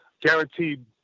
guaranteed